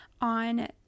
on